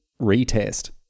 retest